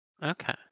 Okay